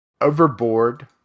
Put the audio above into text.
Overboard